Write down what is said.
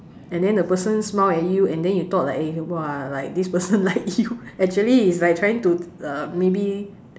and then the person smile at you and then you thought like eh !wah! like this person like you actually he's like trying to uh maybe